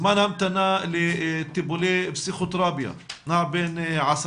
זמן ההמתנה לטיפולי פסיכותרפיה נע בין 10